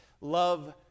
Love